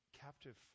captive